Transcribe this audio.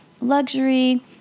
luxury